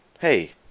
Hey